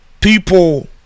people